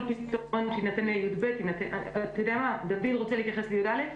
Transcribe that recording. דוד, אתה רוצה להתייחס לי"א?